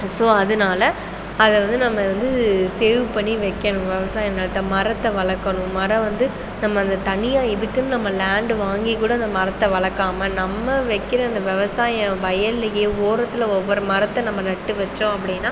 so அதனால அதை வந்து நம்ம வந்து சேவ் பண்ணி வைக்கணும் விவசாய நிலத்த மரத்தை வளர்க்கணும் மரம் வந்து நம்ம தனியாக இதுக்குனு நம்ம லேண்ட் வாங்கிக் கூட அந்த மரத்தை வளர்க்காம நம்ம வைக்கிற அந்த விவசாயம் வயல்யே உரத்துல ஒவ்வொரு மரத்த நம்ம நட்டு வச்சோம் அப்படின்னா